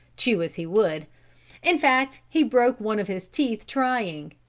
chew as he would in fact, he broke one of his teeth trying.